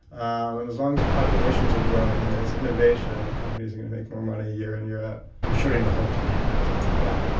and as long as populations are growing and there's innovation, companies are going to make more money year in, year out i'm shorting the whole planet yeah,